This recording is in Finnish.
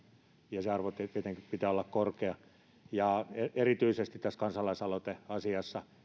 ja sen arvon tietenkin pitää olla korkea erityisesti tässä kansalaisaloiteasiassa